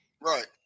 Right